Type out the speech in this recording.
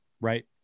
right